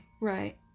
right